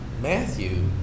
Matthew